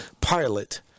pilot